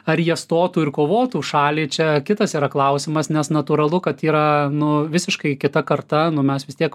ar jie stotų ir kovotų už šalį čia kitas yra klausimas nes natūralu kad yra nu visiškai kita karta nu mes vis tiek